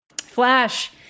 Flash